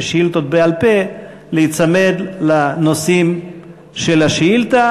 בשאילתות בעל-פה להיצמד לנושאים של השאילתה.